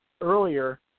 earlier